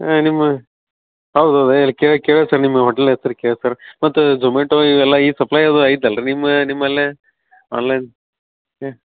ಹಾಂ ನಿಮ್ಮ ಹೌದು ಹೌದು ಹೇಳಿ ಕೇಳಿವಿ ಸರ್ ನಿಮ್ಮ ಹೋಟೆಲ್ ಹೆಸ್ರು ಕೇಳಿ ಸರ್ ಮತ್ತು ಝೊಮ್ಯಾಟೊ ಇವೆಲ್ಲ ಈ ಸಪ್ಲಯ್ ಅದು ಐತಲ್ಲ ರೀ ನಿಮ್ಮ ನಿಮ್ಮಲ್ಲಿ ಆನ್ಲೈನ್ ಹಾಂ